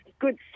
good